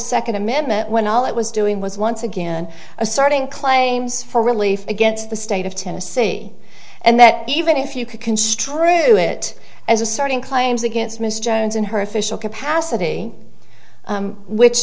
second amendment when all it was doing was once again a starting claims for relief against the state of tennessee and that even if you could construe it as a starting claims against ms jones in her official capacity which